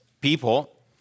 people